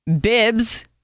bibs